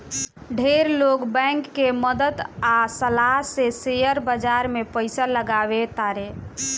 ढेर लोग बैंक के मदद आ सलाह से शेयर बाजार में पइसा लगावे तारे